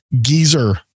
geezer